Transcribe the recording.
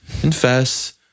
confess